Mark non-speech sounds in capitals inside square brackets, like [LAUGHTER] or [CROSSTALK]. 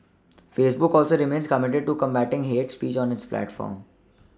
[NOISE] Facebook also remains committed to combating hate speech on its platform